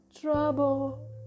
trouble